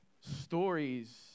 stories